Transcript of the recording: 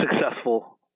successful